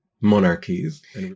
monarchies